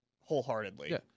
wholeheartedly